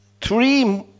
three